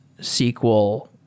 SQL